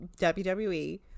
WWE